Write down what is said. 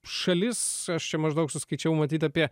šalis aš čia maždaug suskaičiavau matyt apie